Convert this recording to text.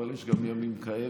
אבל יש גם ימים כאלה.